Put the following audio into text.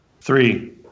Three